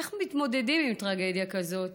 איך מתמודדים עם טרגדיה כזאת?